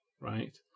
right